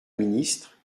ministre